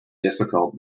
difficult